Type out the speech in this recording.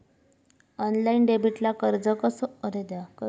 Online डेबिटला अर्ज कसो करूचो?